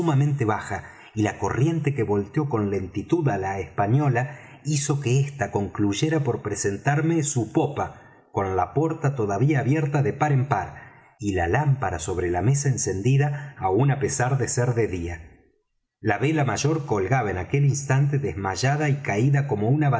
sumamente baja y la corriente que volteó con lentitud á la española hizo que ésta concluyera por presentarme su popa con la porta todavía abierta de par en par y la lámpara sobre la mesa encendida aún á pesar de ser de día la vela mayor colgaba en aquel instante desmayada y caída como una